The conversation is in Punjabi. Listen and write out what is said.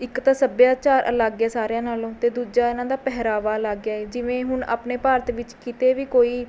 ਇੱਕ ਤਾਂ ਸੱਭਿਆਚਾਰ ਅਲੱਗ ਹੈ ਸਾਰਿਆਂ ਨਾਲੋਂ ਤੇ ਦੂਜਾ ਇਹਨਾਂ ਦਾ ਪਹਿਰਾਵਾ ਅਲੱਗ ਹੈ ਜਿਵੇਂ ਹੁਣ ਆਪਣੇ ਭਾਰਤ ਵਿੱਚ ਕਿਤੇ ਵੀ ਕੋਈ